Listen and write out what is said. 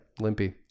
Limpy